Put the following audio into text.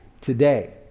today